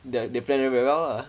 they they plan it very well lah